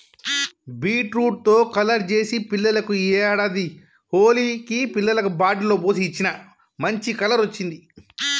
beetroot తో colour చేసి పిల్లలకు ఈ ఏడాది హోలికి పిల్లలకు బాటిల్ లో పోసి ఇచ్చిన, మంచి కలర్ వచ్చింది